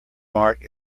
mark